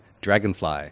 dragonfly